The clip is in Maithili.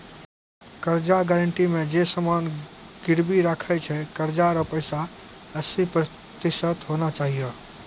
कर्जा गारंटी मे जे समान गिरबी राखै छै कर्जा रो पैसा हस्सी प्रतिशत होना चाहियो